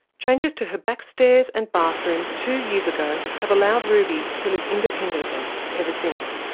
changes to her back stairs and bathroom two years ago have allowed ruby to live independently ever since.